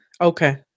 Okay